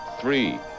three